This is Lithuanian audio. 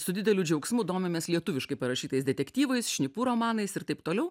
su dideliu džiaugsmu domimės lietuviškai parašytais detektyvais šnipų romanais ir taip toliau